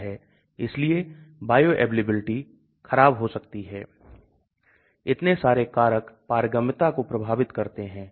यदि LogP कम है इसका मतलब यह हाइड्रोफिलिक है इसका मतलब अधिक हाइड्रोफोबिक और कम हाइड्रोफिलिक हाइड्रोफिलिक इत्यादि है और हम इस को बाद में विस्तार से देखेंगे